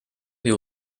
they